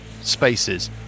spaces